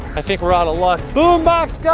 i think we're out of luck. boombox guy!